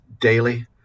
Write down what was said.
daily